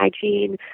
hygiene